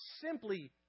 simply